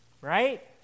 Right